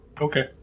Okay